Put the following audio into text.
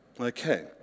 Okay